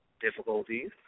difficulties